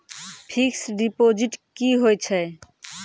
Fixed deposit की होय छै?